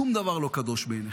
שום דבר לא קדוש ביניכם.